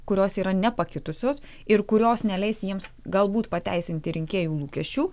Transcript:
kurios yra nepakitusios ir kurios neleis jiems galbūt pateisinti rinkėjų lūkesčių